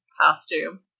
costume